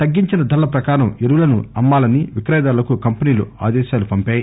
తగ్గించిన ధరల ప్రకారం ఎరువులను అమ్మాలని విక్రయదారులకు కంపెనీలు ఆదేశాలు పంపాయి